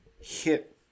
Hit